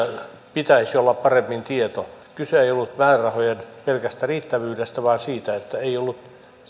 pitäisi olla paremmin tietoa kyse ei ollut pelkästä määrärahojen riittävyydestä vaan siitä että ei ollut